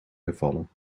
gevallen